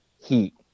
heat